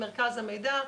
מרכז המידע.